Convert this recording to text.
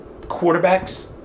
quarterbacks